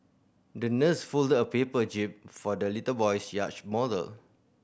the nurse folded a paper jib for the little boy's yacht model